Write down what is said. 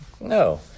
No